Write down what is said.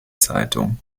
zeitung